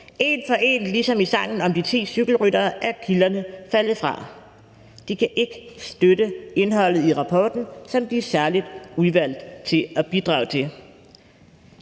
En for en ligesom i sangen om de ti cykelryttere er kilderne faldet fra. De kan ikke støtte indholdet i rapporten, som de er særligt udvalgt til at bidrage til.